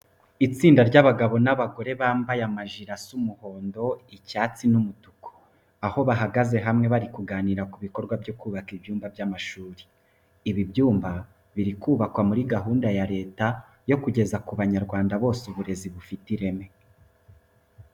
Itsinda ry'abagabo n'abagore bambaye amajire asa umuhondo, icyatsi n'umutuku, aho bahagaze hamwe bari kuganira ku bikorwa byo kubaka ibyumba by'amashuri. Ibi byumba biri kubakwa muri gahunda ya Leta yo kugeza ku banyarwanda bose uburezi bufite ireme.